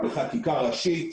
חקיקה ראשית,